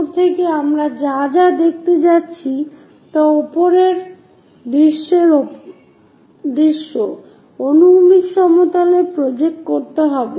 উপর থেকে আমরা যা যা দেখতে যাচ্ছি তা উপরের দৃশ্যের উপর অনুভূমিক সমতলে প্রজেক্ট হবে